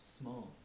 small